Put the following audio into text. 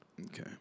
Okay